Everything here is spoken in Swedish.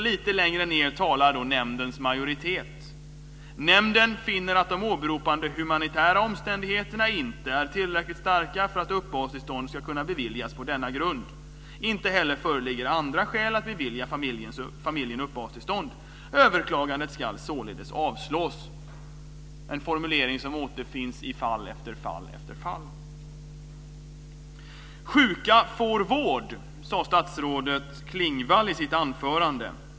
Lite längre ned uttalar nämndens majoritet: "Nämnden finner att de åberopade humanitära omständigheterna inte är tillräckligt starka för att uppehållstillstånd skall kunna beviljas på denna grund. Inte heller föreligger andra skäl att bevilja familjen uppehållstillstånd. Överklagandet skall således avslås." Det sistnämnda är en formulering som återfinns i fall efter fall. Sjuka får vård, sade statsrådet Klingvall i sitt anförande.